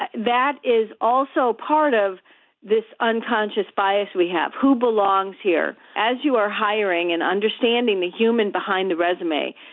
that that is also part of this unconscious bias we have who belongs here. as you are hiring and understanding the human behind the resume,